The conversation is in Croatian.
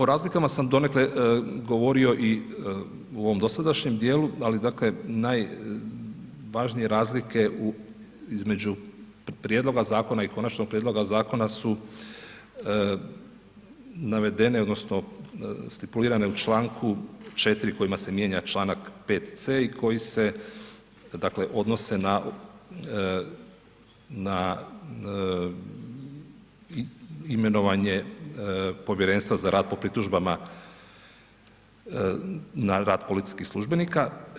O razlikama sam donekle govorio i u ovom dosadašnjem dijelu, ali dakle, najvažnije razlike između prijedloga zakona i Konačnog prijedloga zakona su navedene odnosno stipulirane u čl. 4. kojima se mijenja čl. 5c. i koji se dakle, odnose na imenovanje Povjerenstva za rad po pritužbama na rad policijskih službenika.